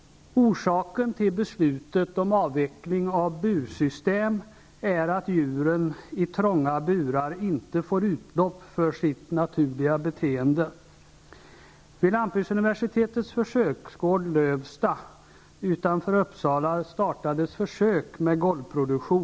Orsaken till beslutet om avveckling av bursystem är att djuren i trånga burar inte får utlopp för sitt naturliga beteende.